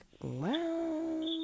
wow